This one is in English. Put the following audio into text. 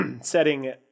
setting